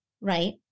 right